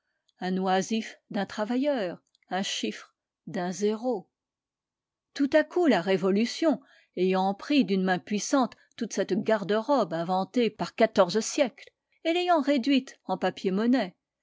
un oisif d'un travailleur un chiffre d'un zéro tout à coup la révolution ayant pris d'une main puissante toute cette garde-robe inventée par quatorze siècles et l'ayant réduite en papiermonnaie